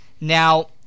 Now